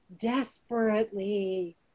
desperately